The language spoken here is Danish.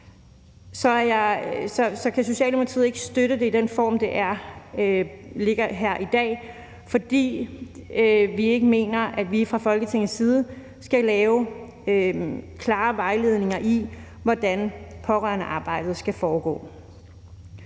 kan Socialdemokratiet ikke støtte det i den form, det ligger her i dag, fordi vi ikke mener, at vi fra Folketingets side skal lave klare vejledninger i, hvordan pårørendearbejdet skal foregå.